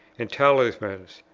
and talismans.